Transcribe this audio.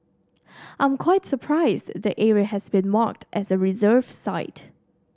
I'm quite surprised that area has been marked as reserve site